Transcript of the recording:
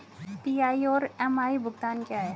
PI और MI भुगतान क्या हैं?